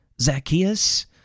Zacchaeus